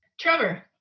Trevor